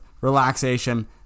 relaxation